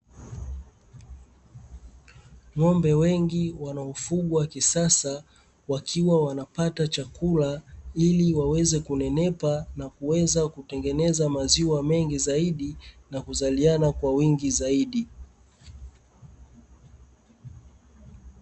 Ng'ombe wengi wanaofugwa kisasa, wakiwa wanapata chakula ili waweze kunenepa na kuweza kutengeneza maziwa mengi zaidi, na kuzaliana kwa wingi zaidi.